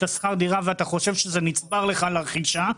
שכר הדירה ואתה חושב שזה נצבר לך לרכישה.